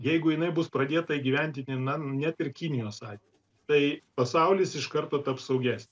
jeigu jinai bus pradėta įgyvendinti na net ir kinijos atveju tai pasaulis iš karto taps saugesnis